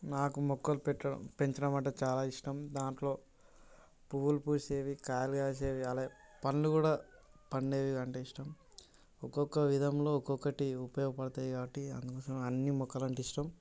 నాకు మొక్కలు పెట్టడం పెంచడం అంటే చాలా ఇష్టం దాంట్లో పువ్వులు పూసేవి కాయలు కాసేవి అలాగే పండ్లు కూడా పండేవి అంటే ఇష్టం ఒక్కొక్క విధంలో ఒక్కొక్కటి ఉపయోగపడతాయి కాబట్టి అందుకోసం అన్ని మొక్కలు అంటే ఇష్టం